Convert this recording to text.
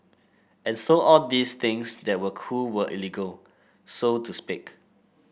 and so all these things that were cool were illegal so to speak